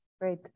Great